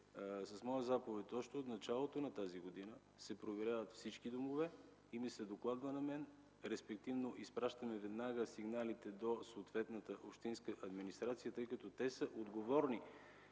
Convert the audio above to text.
с моя заповед още от началото на тази година се проверяват всички домове и ми се докладва, респективно изпращаме веднага сигналите до съответната общинска администрация, тъй като те са отговорни